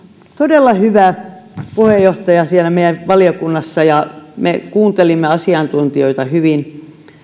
todella hyvä puheenjohtaja siellä meidän valiokunnassa ja me kuuntelimme asiantuntijoita hyvin